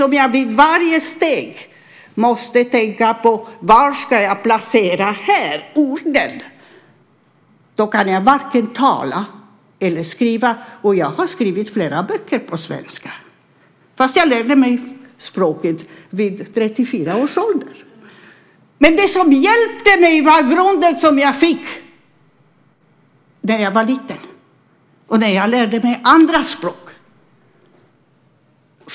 Om jag vid varje steg måste tänka på var jag ska placera orden kan jag varken tala eller skriva, och jag har skrivit flera böcker på svenska, fast jag lärde mig språket vid 34 års ålder. Men det som hjälpte mig var grunden som jag fick när jag var liten och när jag lärde mig andra språk.